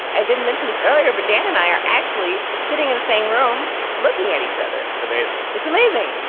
i didn't mention this earlier, but dan and i are actually sitting in the same room looking at each other. it's amazing. it's amazing.